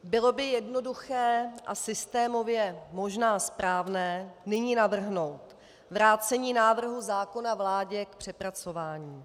Bylo by jednoduché a systémově možná správné nyní navrhnout vrácení návrhu zákona vládě k přepracování.